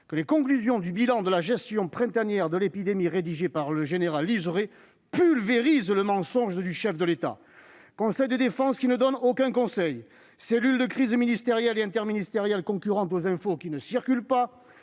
que les conclusions du bilan de la gestion printanière de l'épidémie, rédigées par le général Lizurey, pulvérisent le mensonge du chef de l'État ? Des conseils de défense qui ne donnent aucun conseil ! Des cellules de crise ministérielle et interministérielle concurrentes, dont les informations ne circulent pas